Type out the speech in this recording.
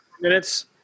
minutes